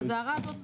אז ההערה הזאת